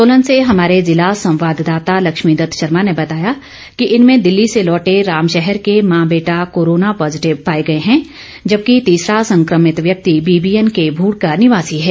सोलन से हमारे जिला संवाददाता लक्ष्मी दत्त शर्मा ने बताया कि इनमें दिल्ली से लौटे रामशहर के मां बेटा कोरोना पॉजिटिव पाए गए हैं जबकि तीसरा संक्रमित व्यक्ति बीबीएन के भूड का निवासी है